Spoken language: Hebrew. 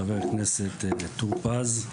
חבר הכנסת טור פז,